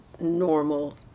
normal